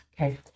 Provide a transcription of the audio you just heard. Okay